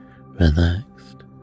relaxed